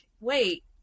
wait